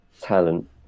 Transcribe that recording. talent